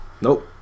Nope